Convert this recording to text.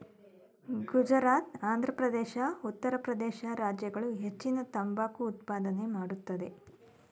ಗುಜರಾತ್, ಆಂಧ್ರಪ್ರದೇಶ, ಉತ್ತರ ಪ್ರದೇಶ ರಾಜ್ಯಗಳು ಹೆಚ್ಚಿನ ತಂಬಾಕು ಉತ್ಪಾದನೆ ಮಾಡತ್ತದೆ